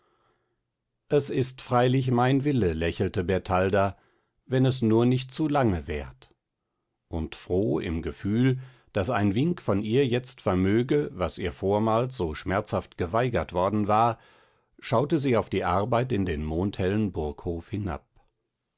es ist freilich mein wille lächelte bertalda wenn es nur nicht zu lange währt und froh im gefühl daß ein wink von ihr jetzt vermöge was ihr vormals so schmerzhaft geweigert worden war schaute sie auf die arbeit in den mondhellen burghof hinab